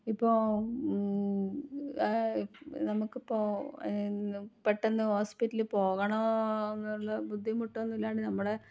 ഇപ്പോൾ ആ നമുക്കിപ്പോൾ എന്ന് പെട്ടെന്ന് ഹോസ്പിറ്റലിൽ പോകണമെന്നുള്ള ബുദ്ധിമുട്ടൊന്നും ഇല്ലാണ്ട് നമ്മുടെ